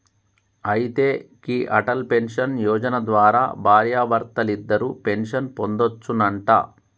అయితే గీ అటల్ పెన్షన్ యోజన ద్వారా భార్యాభర్తలిద్దరూ పెన్షన్ పొందొచ్చునంట